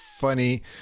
funny